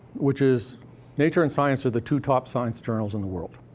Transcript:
which is nature and science are the two top science journals in the world.